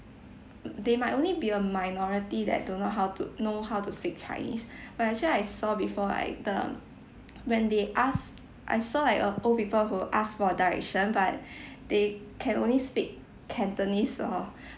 they might only be a minority that don't know how to know how to speak chinese but actually I saw before like the when they ask I saw like a old people who ask for direction but they can only speak cantonese or